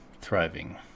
Thriving